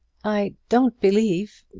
i don't believe,